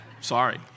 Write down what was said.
sorry